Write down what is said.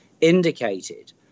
indicated